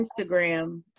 Instagram